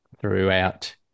throughout